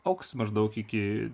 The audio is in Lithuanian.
augs maždaug iki